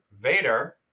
Vader